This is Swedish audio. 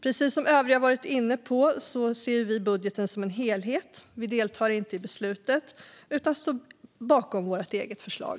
Precis som övriga har varit inne på ser vi budgeten som en helhet. Vi deltar därför inte i beslutet utan står bakom vårt eget förslag.